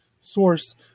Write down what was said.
source